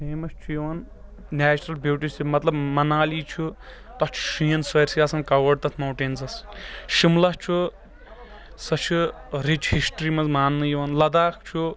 famous چھُ یِوان natural beauty مطلب منالی چھُ تَتھ چھُ شیٖن سٲرسی آسان کوٲڈ تَتھ ماونٹینزس شِملا چھُ سۄ چھُ رِچ ہِسٹری منٛز مانٕنہ یِوان لَداخ چھُ